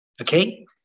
okay